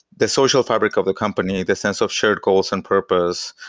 the social fabric of the company, the sense of shared goals and purpose,